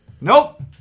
Nope